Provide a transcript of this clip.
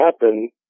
happen